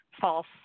false